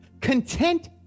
Content